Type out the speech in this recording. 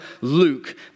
Luke